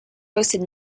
hosted